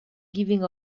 giving